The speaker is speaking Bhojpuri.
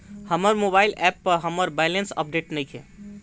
हमर मोबाइल ऐप पर हमर बैलेंस अपडेट नइखे